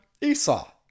Esau